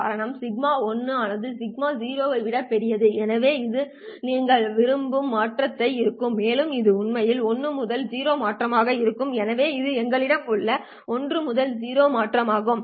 காரணம் σ1 ஆனது σ0 ஐ விட பெரியது எனவே இது நீங்கள் பெற விரும்பும் மாற்றமாக இருக்கும் மேலும் இது உங்களுக்கு 1 முதல் 0 மாற்றமாக இருக்கும் எனவே இது எங்களிடம் உள்ள 1 முதல் 0 மாற்றம் ஆகும்